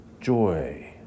joy